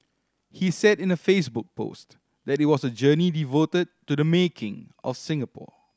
he said in a Facebook post that it was a journey devoted to the making of Singapore